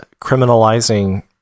criminalizing